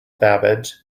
babbage